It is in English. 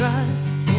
Trust